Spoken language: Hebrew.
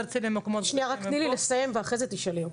שנייה, תני לי לסיים ואחרי זה תשאלי.